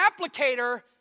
applicator